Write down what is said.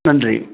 நன்றி